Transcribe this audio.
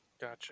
Gotcha